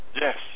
Yes